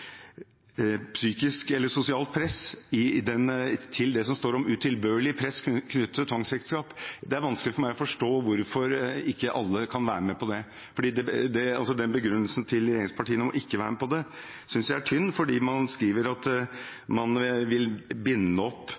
utilbørlig press knyttet til tvangsekteskap. Det er vanskelig for meg å forstå hvorfor ikke alle kan være med på det. Begrunnelsen til regjeringspartiene for ikke å være med på det synes jeg er tynn, for man skriver at man vil binde opp